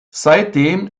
seitdem